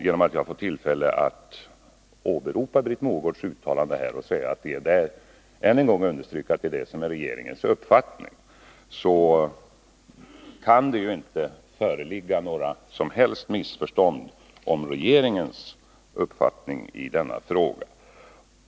Genom att jag har fått tillfälle att åberopa Britt Mogårds uttalande och än en gång understryka att det är regeringens uppfattning, kan det inte föreligga några som helst missförstånd om regeringens uppfattning i denna fråga.